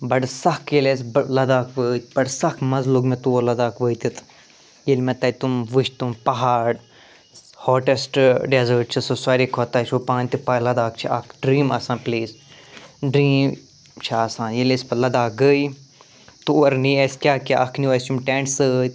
بَڑٕ سَخ ییٚلہِ اسہِ لداخ وٲتۍ بَڑٕ سَخ مَزٕ لوٚگ مےٚ تور لداخ وٲتِتھ ییٚلہِ مےٚ تَتہِ تِم وُچھ تِم پہاڑ ہاٹیٚشٹہٕ ڈیٚزٲرٹ چھُ سُہ ساروٕے کھۄتہٕ تۄہہِ چھو پانہٕ تہِ پاے لداخ چھِ اَکھ ڈرٛیٖم آسان پٕلیس ڈرٛیٖم چھِ آسان ییٚلہِ أسۍ پتہٕ لداخ گٔے تور نی اسہِ کیٛاہ کیٛاہ اَکھ نیٛو اسہِ یِم ٹیٚنٛٹ سۭتۍ